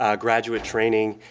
um graduate training,